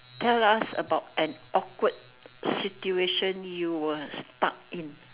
tell us about an awkward situation you were stuck in